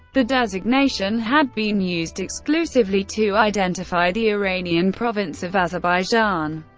the designation had been used exclusively to identify the iranian province of azerbaijan.